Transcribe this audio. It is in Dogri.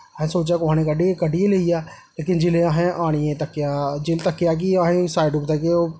असें सोचेआ कुसै न कड्ढियै कड्ढियै लेई गेआ लेकिन जिसलै आनियै असें तक्केआ तक्केआ कि असें साइड पर